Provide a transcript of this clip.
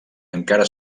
encara